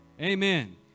Amen